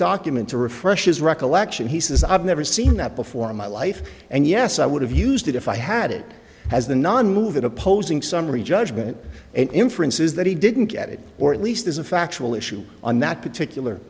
document to refresh his recollection he says i've never seen that before in my life and yes i would have used it if i had it as the nonmoving opposing summary judgment and inference is that he didn't get it or at least there's a factual issue on that particular